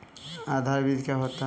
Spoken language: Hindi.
आधार बीज क्या होता है?